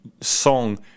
song